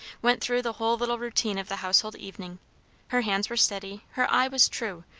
went through the whole little routine of the household evening her hands were steady, her eye was true,